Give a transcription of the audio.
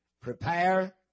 Prepare